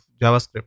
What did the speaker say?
JavaScript